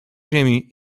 ziemi